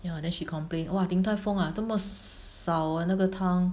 ya then she complain !wah! Din-Tai-Fung ah 这么少那个汤